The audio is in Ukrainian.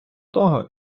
того